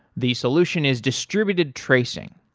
the solution is distributed tracing.